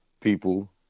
people